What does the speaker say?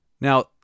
Now